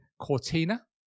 Cortina